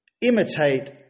imitate